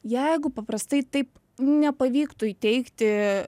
jeigu paprastai taip nepavyktų įteikti